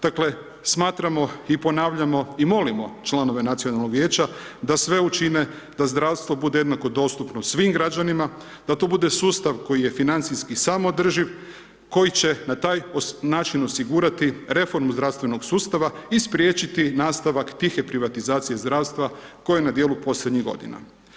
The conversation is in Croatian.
Dakle, smatramo i ponavljamo i molimo članove Nacionalnog vijeća da sve učine da zdravstvo bude jednako dostupno svim građanima, da to bude sustav koji je financijski sam održiv, koji će na taj način osigurati reformu zdravstvenog sustava i spriječiti nastavak tihe privatizacije zdravstva koje je na dijelu posljednjih godina.